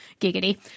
giggity